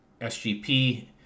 SGP